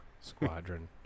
Squadron